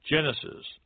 Genesis